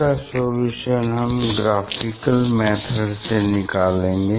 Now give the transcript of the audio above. इसका सोलुशन हम graphical method से निकालेंगे